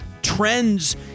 trends